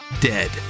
dead